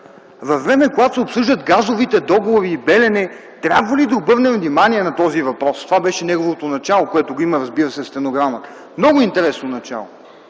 „Във време, когато се обсъждат газовите договори и „Белене”, трябва ли да обърнем внимание на този въпрос?” Това беше неговото начало, което го има, разбира се, в стенограмата. Много интересно начало.